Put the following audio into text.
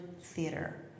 theater